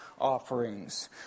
offerings